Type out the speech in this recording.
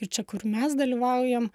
ir čia kur mes dalyvaujam